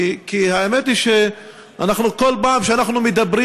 כי האמת היא שאנחנו, כל פעם שאנחנו מדברים